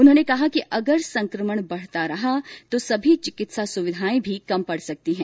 उन्होंने कहा कि अगर संक्रमण बढ़ता रहा तो समी चिकित्सा सुविधाएं भी कम पड़ सकती हैं